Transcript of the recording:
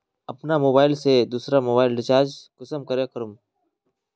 अपना मोबाईल से दुसरा मोबाईल रिचार्ज कुंसम करे करूम?